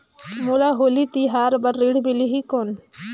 मोला होली तिहार बार ऋण मिलही कौन?